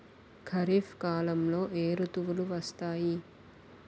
ఖరిఫ్ కాలంలో ఏ ఋతువులు వస్తాయి?